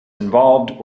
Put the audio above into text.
involved